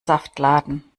saftladen